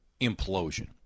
implosion